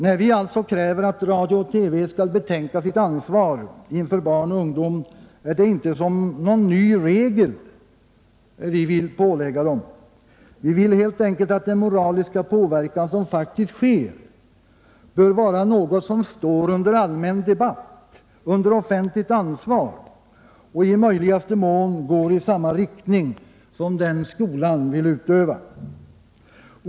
När vi alltså kräver att radio och TV skall betänka sitt ansvar inför barn och ungdom, är det inte någon ny regel vi vill pålägga dem. Vi vill helt enkelt att den moraliska påverkan som faktiskt sker bör vara något som står under allmän debatt, under offentligt ansvar, och i möjligaste mån går i samma riktning som den som skolan vill utöva.